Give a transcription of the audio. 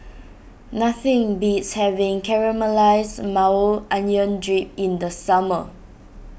nothing beats having Caramelized Maui Onion Dip in the summer